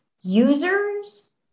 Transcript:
users